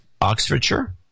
Oxfordshire